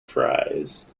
fries